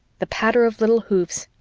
the patter of little hoofs.